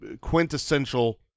quintessential